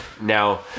Now